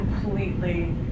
completely